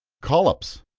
collops.